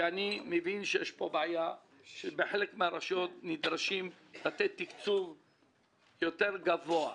אני מבין שיש בעיה שבחלק מן הרשויות נדרשים לתת תקצוב גבוה יותר.